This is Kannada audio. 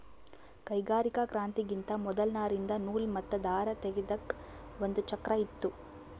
ಕೈಗಾರಿಕಾ ಕ್ರಾಂತಿಗಿಂತಾ ಮೊದಲ್ ನಾರಿಂದ್ ನೂಲ್ ಮತ್ತ್ ದಾರ ತೇಗೆದಕ್ ಒಂದ್ ಚಕ್ರಾ ಇತ್ತು